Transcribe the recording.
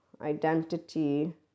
identity